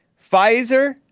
Pfizer